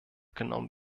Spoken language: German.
genommen